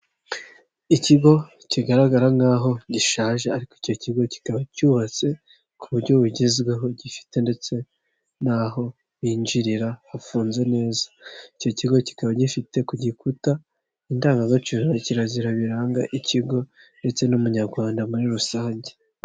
Ikigo kigaragara nk'aho gishaje ariko icyo kigo kikaba cyubatse ku buryo bugezweho gifite ndetse n'aho binjirira hafunze neza, icyo kigo kikaba gifite ku gikuta indangagaciro na kirazira biranga ikigo ndetse n'umunyarwanda muri rusange.